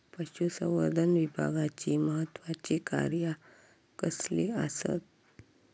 पशुसंवर्धन विभागाची महत्त्वाची कार्या कसली आसत?